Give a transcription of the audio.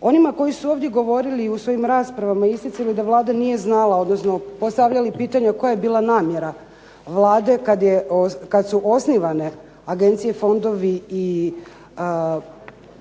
Onima koji su ovdje govorili i u svojim raspravama isticali da Vlada nije znala, odnosno postavljali pitanja koja je bila namjera Vlade kad su osnivane agencije, fondovi i instituti,